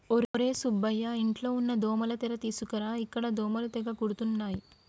ఒర్రే సుబ్బయ్య ఇంట్లో ఉన్న దోమల తెర తీసుకురా ఇక్కడ దోమలు తెగ కుడుతున్నాయి